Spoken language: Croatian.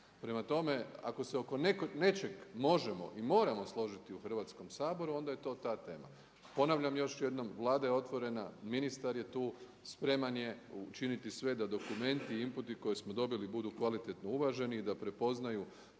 Prema tome, ako se oko nečeg možemo i moramo složiti u Hrvatskom saboru, onda je to ta tema. Ponavljam još jednom Vlada je otvorena, ministar je tu, spreman je učiniti sve da dokumenti i inputi koje smo dobili budu kvalitetno uvaženi i da prepoznaju